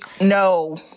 No